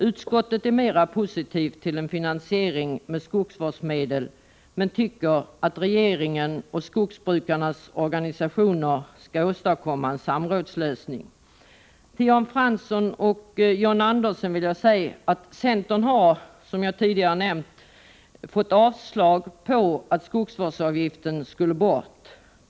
Utskottet är mer positivt till en finansiering med skogsvårdsmedel men tycker att regeringen och skogsbrukarnas organisationer skall åstadkomma en samrådslösning. Till Jan Fransson och John Andersson vill jag säga att centern har, som jag tidigare nämnt, fått avslag på förslaget att skogsvårdsavgiften skall tas bort.